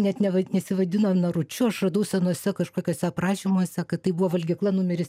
net ne vai nesivadino naručiu aš radau senuose kažkokiose aprašymuose kad tai buvo valgykla numeris